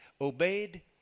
obeyed